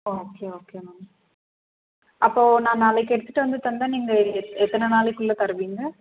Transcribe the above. okay okay ma'am அப்போது நான் நாளைக்கு எடுத்துட்டு வந்து தந்தால் நீங்கள் எத்தனை நாளைக்குள்ள தருவீங்க